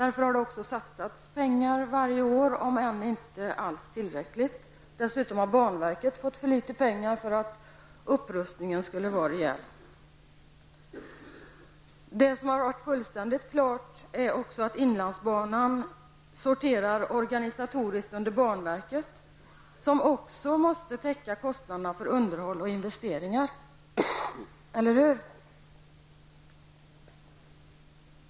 Av den anledningen har det satsats pengar varje år, om än alls inte tillräckligt mycket pengar. Dessutom har banverket fått för litet pengar för att det skulle vara fråga om en rejäl upprustning. Fullständigt klart är också att inlandsbanan organisatoriskt sorterar under banverket, som också måste täcka kostnaderna för underhåll och investeringar -- eller hur?